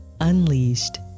Unleashed